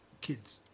kids